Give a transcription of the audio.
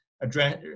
address